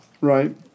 Right